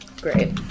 Great